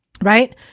right